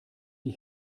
die